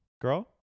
girl